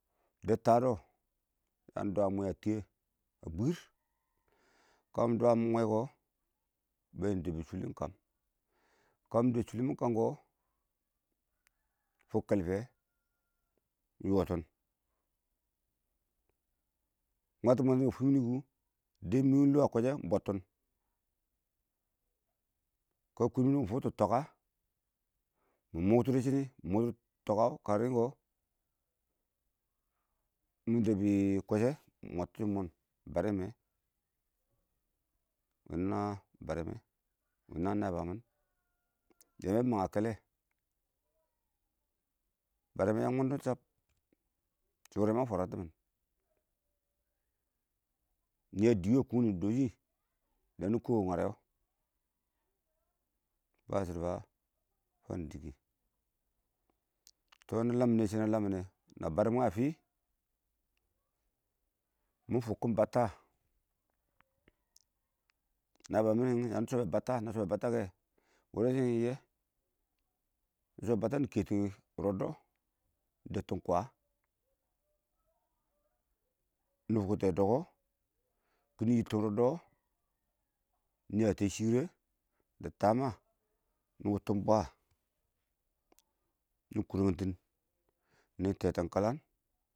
Deb tada ya dwawɛ mwɛ a tiyɛ a bwir kamɪ dwa wɛ mwɛ kɔ bɛ dɛbbi shʊli iɪng kəm, kə'mɪ dɛb shʊli mɪ kəm kɔ fʊk kwɛl fiyɛ iɪng yotin mwati-mwatine kə fwim mini kə, dɛb mim lo a kwɛshɛ iɪng bɔttin kə kʊn mini kʊ mɪ fʊktɔ twaka mɪ mʊktɔ dɪ shɔni dɪ twaka kə rɪm kɔ, mɪ dɛbbi kwɛshɛ mɪ mɔtti shɪm mɔn bare mɛ wɪnə barɛ wini na naan biyang, mɪn yɛmɛ bɪ mang a kɛlɛ barɛ yang mɔn dɔ iɪng cham ma fwara tɪ mɪn niyɛ dɪɪ wɪɪn a kong nɪ dɔshi ya niko wɪɪn ngare wɛ ba shidɔ ba fankidi tɔ na lammi nɛ shɛnɛ a lsamminɛ na bə mwɛ a fɪ mɪ fʊkkm bəttə, naan biyang shɪ iɪng yani shɔbbɛ bəttə na shɔbbɛ bəttə kɛ mɪ wʊrɛ tə yan yiyi wɛ nɪ keti rɔddɔ nɪ dɛbt kwa nɪ fʊktɔ dəkɔ kiɪnɪ yittin rɔddɔ wɔ nɪ yata shire dɪ tama nɪ wʊttin bwa nɪ kʊrantin.